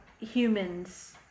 humans